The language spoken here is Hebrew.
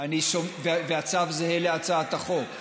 והצו זהה להצעת החוק.